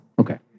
Okay